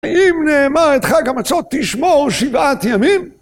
ואם נאמר את חג המצות תשמור שבעת ימים